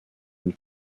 une